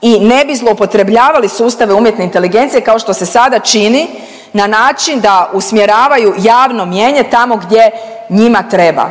i ne bi zloupotrebljavali sustave umjetne inteligencije kao što se sada čini na način da usmjeravaju javno mijenje tamo gdje njima treba.